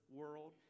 world